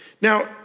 Now